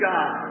God